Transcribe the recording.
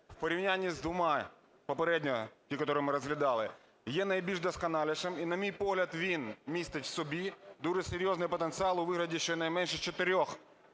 в порівнянні з двома, попередньо ті, котрі ми розглядали, є найбільш досконалішим. І на мій погляд, він містить в собі дуже серйозний потенціал у вигляді щонайменше чотирьох